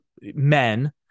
men